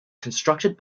constructed